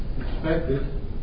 expected